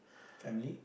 family